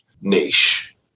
niche